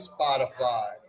Spotify